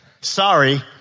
Sorry